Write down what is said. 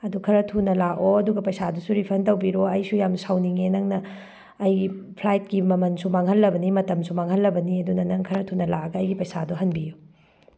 ꯑꯗꯨ ꯈꯔ ꯊꯨꯅ ꯂꯥꯛꯑꯣ ꯑꯗꯨꯒ ꯄꯩꯁꯥꯗꯨꯁꯨ ꯔꯤꯐꯟ ꯇꯧꯕꯤꯔꯣ ꯑꯩꯁꯨ ꯌꯥꯝꯅ ꯁꯥꯎꯅꯤꯡꯉꯦ ꯅꯪꯅ ꯑꯩꯒꯤ ꯐ꯭ꯂꯥꯏꯠꯀꯤ ꯃꯃꯜꯁꯨ ꯃꯥꯡꯍꯟꯂꯕꯅꯤ ꯃꯇꯝꯁꯨ ꯃꯥꯡꯍꯟꯂꯕꯅꯤ ꯑꯗꯨꯅ ꯅꯪ ꯈꯔ ꯊꯨꯅ ꯂꯥꯛꯑꯒ ꯑꯩꯒꯤ ꯄꯩꯁꯥꯗꯨ ꯍꯟꯕꯤꯌꯨ